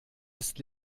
ist